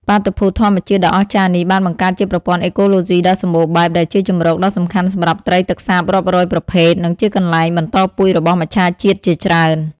បាតុភូតធម្មជាតិដ៏អស្ចារ្យនេះបានបង្កើតជាប្រព័ន្ធអេកូឡូស៊ីដ៏សម្បូរបែប ដែលជាជម្រកដ៏សំខាន់សម្រាប់ត្រីទឹកសាបរាប់រយប្រភេទ និងជាកន្លែងបន្តពូជរបស់មច្ឆជាតិជាច្រើន។